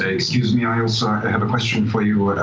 ah excuse me, i also and have a question for you.